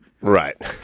Right